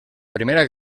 primera